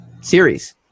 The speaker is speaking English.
series